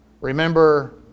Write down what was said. Remember